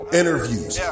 interviews